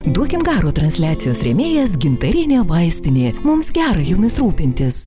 duokim garo transliacijos rėmėjas gintarinė vaistinė mums gera jumis rūpintis